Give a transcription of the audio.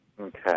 Okay